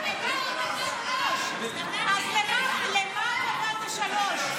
--- אז למה אמרת שלוש?